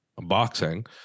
boxing